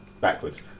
backwards